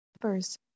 First